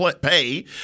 pay